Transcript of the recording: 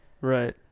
right